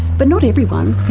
but not everyone